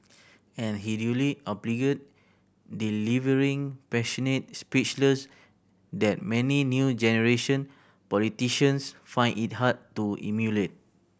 and he duly obliged delivering passionate speeches that many new generation politicians find it hard to emulate